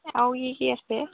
আৰু কি কি আছে